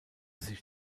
sich